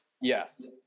yes